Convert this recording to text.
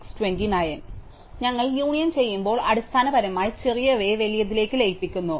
ഞങ്ങൾ യൂണിയൻ ചെയ്യുമ്പോൾ അടിസ്ഥാനപരമായി ചെറിയവയെ വലിയതിലേക്ക് ലയിപ്പിക്കുന്നത് ഞങ്ങൾ ചെയ്യുന്നു